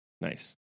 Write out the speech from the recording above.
nice